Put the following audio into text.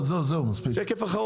לא, מספיק.